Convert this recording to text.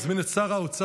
אני מזמין את שר האוצר